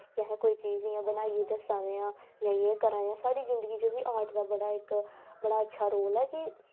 के अस कोई चीज़ इयां बनाईयै दस्सा ने आं जां जे करा दे आं साढ़ी जिंदगी च आर्ट दा बड़ा इक अच्छा रोल ऐ कि